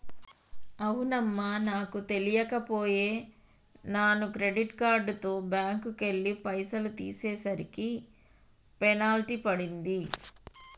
అవునమ్మా నాకు తెలియక పోయే నాను క్రెడిట్ కార్డుతో బ్యాంకుకెళ్లి పైసలు తీసేసరికి పెనాల్టీ పడింది